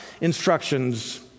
instructions